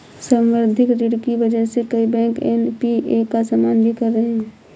संवर्धित ऋण की वजह से कई बैंक एन.पी.ए का सामना भी कर रहे हैं